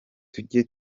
tujye